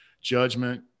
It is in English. judgment